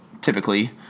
typically